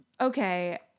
okay